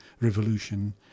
revolution